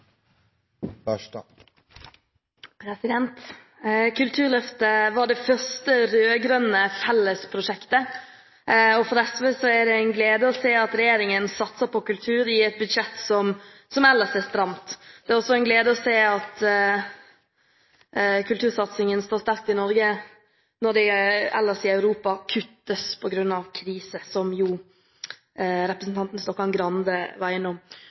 omme. Kulturløftet var det første rød-grønne fellesprosjektet. For SV er det en glede å se at regjeringen satser på kultur i et budsjett som ellers er stramt. Det er også en glede å se at kultursatsingen står sterkt i Norge, når det ellers i Europa kuttes på grunn av krise, som representanten Stokkan-Grande var innom.